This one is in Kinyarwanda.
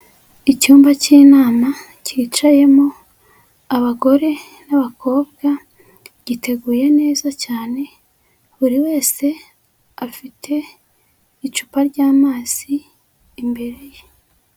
Icyumba cy'inama cyicayemo abagore n'abakobwa, giteguye neza cyane, buri wese afite icupa ry'amazi imbere ye.